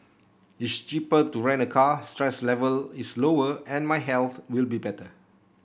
it's cheaper to rent a car stress level is lower and my health will be better